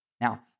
Now